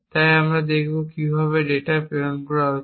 তাই আমরা দেখব কীভাবে ডেটা প্রেরণ করা হচ্ছে